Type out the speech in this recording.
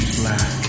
black